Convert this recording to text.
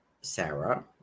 Sarah